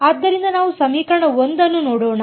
ಆದ್ದರಿಂದ ನಾವು ಸಮೀಕರಣ 1 ಅನ್ನು ನೋಡೋಣ